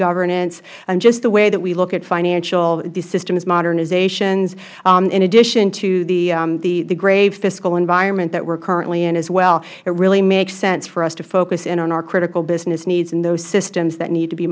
governance just the way that we look at financial these systems modernizations in addition to the grave fiscal environment that we are currently in as well it really makes sense for us to focus in on our critical business needs and those systems that need to be